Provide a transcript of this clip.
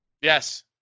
Yes